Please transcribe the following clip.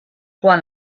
quan